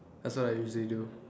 that's what I usually do